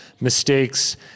mistakes